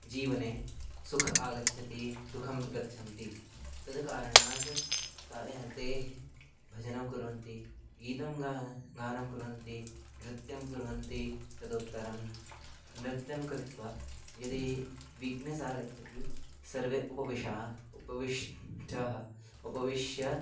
जीवने सुखम् आगच्छति दुःखं गच्छन्ति तद् कारणात् ता ते भजनं कुर्वन्ति गीतं गा गानं कुर्वन्ति नृत्यं कुर्वन्ति तदुत्तरं नृत्यं कृत्वा यदि वीक्नेस् आगच्छति सर्वे उपविश्य उपविश्य उपविश्य